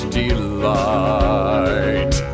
delight